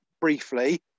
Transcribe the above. briefly